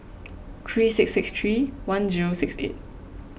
three six six three one zero six eight